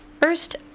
First